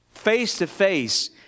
Face-to-face